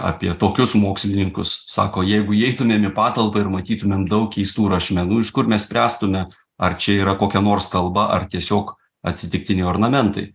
apie tokius mokslininkus sako jeigu įeitumėm į patalpą ir matytumėm daug keistų rašmenų iš kur mes spręstume ar čia yra kokia nors kalba ar tiesiog atsitiktiniai ornamentai